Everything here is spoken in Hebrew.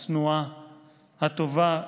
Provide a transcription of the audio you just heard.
הצנועה, הטובה,